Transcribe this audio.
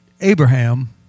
Abraham